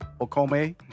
Okome